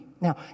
Now